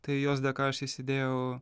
tai jos dėka aš įsidėjau